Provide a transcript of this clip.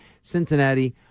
Cincinnati